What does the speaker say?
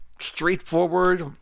straightforward